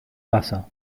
wasser